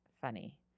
funny